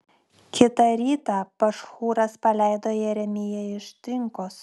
kitą rytą pašhūras paleido jeremiją iš trinkos